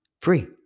free